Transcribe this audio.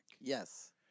Yes